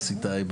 יוסי טייב,